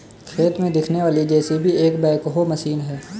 खेत में दिखने वाली जे.सी.बी एक बैकहो मशीन है